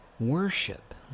Worship